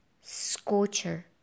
scorcher